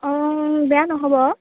বেয়া নহ'ব